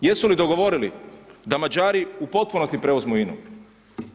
Jesu li dogovorili da Mađari u potpunosti preuzmu INA-u?